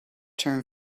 term